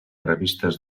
revistes